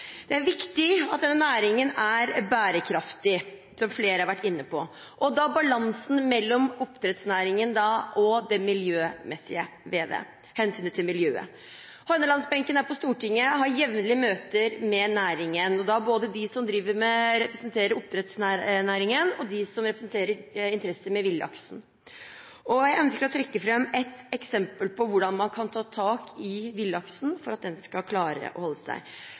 Det er viktig at denne næringen er bærekraftig, som flere har vært inne på, med tanke på balansen mellom oppdrettsnæringen og det miljømessige – hensynet til miljøet. Hordalandsbenken her på Stortinget har jevnlig møter med næringen – med dem som representerer oppdrettsnæringen, og med dem som representerer de som har interesse for villaksen. Jeg ønsker å trekke fram et eksempel på hvordan man kan ta tak i villaksen for at den skal klare å holde seg,